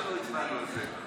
או שלא הצבענו על זה,